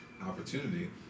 opportunity